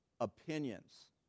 opinions